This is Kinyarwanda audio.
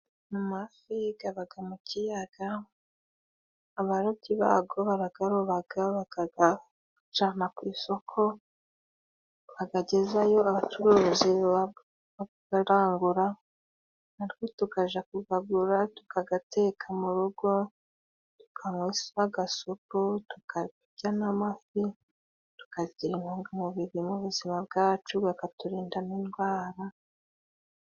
Mu mafi aba mu kiyaga, abarobyi ba yo barayaroba, bakayajyana ku isoko, bayagezayo abacuruzi barayangura natwe tukajya kuyagura, tukayateka mu rugo, tukanywa agasupu, tukarya n'amafi, tukagira intungamubiri mu buzima bwacu akaturinda n'indwara.